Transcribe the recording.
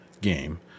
game